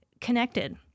connected